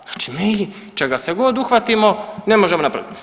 Znači mi čega se god uhvatimo ne možemo napravit.